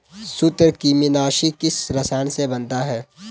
सूत्रकृमिनाशी किस रसायन से बनता है?